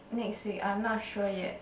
next week I'm not sure yet